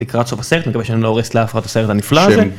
לקראת סוף הסרט, אני מקווה שאני לא הורס לאף אחד את הסרט הנפלא הזה.